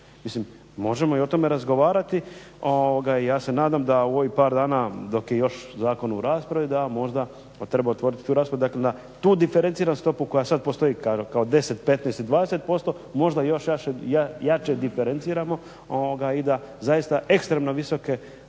Mislim, možemo i o tome razgovarati. I ja se nadam da u ovih par dana dok je još zakon u raspravi da možda treba otvorit tu raspravu, dakle na tu diferenciranu stopu koja sad postoji kao 10, 15 ili 20% možda još jače diferenciramo i da zaista ekstremno visoke